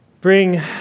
bring